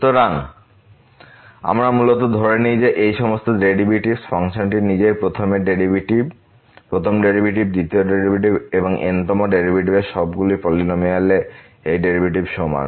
সুতরাং আমরা মূলত ধরে নিই যে এই সমস্ত ডেরিভেটিভস ফাংশনটি নিজেই প্রথম ডেরিভেটিভ দ্বিতীয় ডেরিভেটিভ এবং n তম ডেরিভেটিভের সবগুলি পলিনমিয়াল এই ডেরিভেটিভের সমান